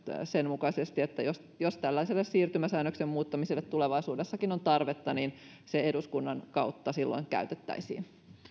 sen mukaisesti että jos jos tällaiselle siirtymäsäännöksen muuttamiselle tulevaisuudessakin on tarvetta niin se eduskunnan kautta silloin käytettäisiin